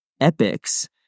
epics